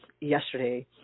yesterday